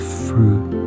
fruit